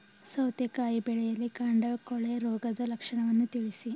ಸೌತೆಕಾಯಿ ಬೆಳೆಯಲ್ಲಿ ಕಾಂಡ ಕೊಳೆ ರೋಗದ ಲಕ್ಷಣವನ್ನು ತಿಳಿಸಿ?